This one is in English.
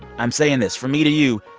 i'm saying this from me to you,